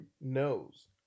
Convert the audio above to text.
knows